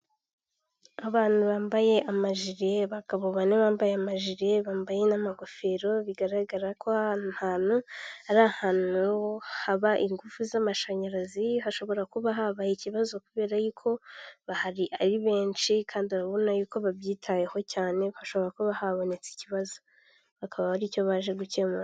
Abantu bambaye amajire abagabo bane bambaye amaje bambaye n'amagofero bigaragara ko hantu ari ahantu haba ingufu z'amashanyarazi hashobora kuba habaye ikibazo kubera yuko ari benshi kandi urabona yuko babyitayeho cyane bashobora kuba habonetse ikibazo bakaba aricyo baje gukemura.